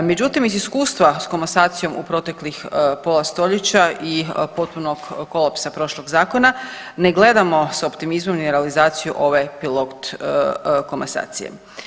Međutim, iz iskustva s komasacijom u proteklih pola stoljeća i potpunog kolapsa prošlog zakona ne gledamo s optimizmom ni realizaciju ove pilot komasacije.